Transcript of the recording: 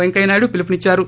Venkaiah Naidu పిలుపునిద్చారు